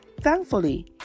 Thankfully